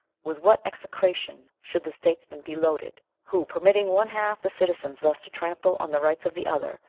with what execration should the statesman be loaded who, permitting one half the citizens thus to trample on the rights of the other,